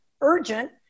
urgent